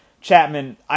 Chapman